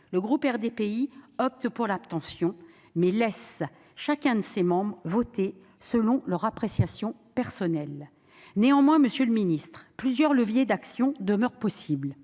le groupe RDPI opte pour l'abstention, mais laisse chacun de ses membres voter selon leur appréciation personnelle. Néanmoins, monsieur le ministre, plusieurs leviers d'action demeurent utilisables.